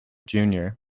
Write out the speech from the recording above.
junior